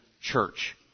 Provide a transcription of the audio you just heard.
church